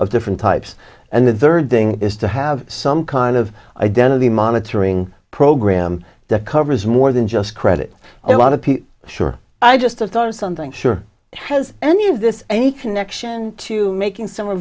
of different types and the third thing is to have some kind of identity monitoring program that covers more than just credit a lot of people sure i just have done something sure has any of this any connection to making some